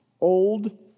Old